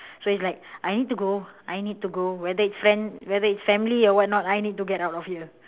so is like I need to go I need to go whether is friend whether is family or what I need to get out of here